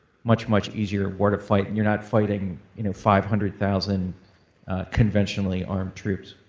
much, much easier war to fight. you're not fighting you know five hundred thousand conventionally armed troops.